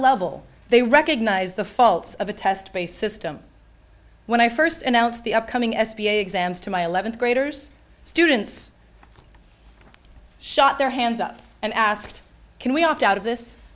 level they recognize the faults of a test based system when i first announced the upcoming s b a exams to my eleventh graders students shot their hands up and asked can we opt out of this